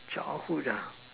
childhood